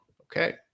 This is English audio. Okay